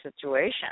situation